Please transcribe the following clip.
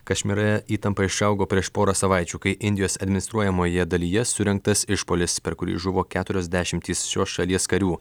kašmyre įtampa išaugo prieš porą savaičių kai indijos administruojamoje dalyje surengtas išpuolis per kurį žuvo keturios dešimtys šios šalies karių